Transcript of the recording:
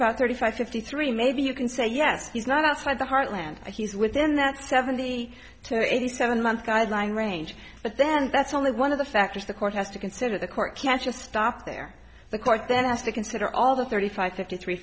about thirty five fifty three maybe you can say yes he's not outside the heartland he's within that seventy to eighty seven month guideline range but then that's only one of the factors the court has to consider the court can't just stop there the court then asked to consider all the thirty five fifty three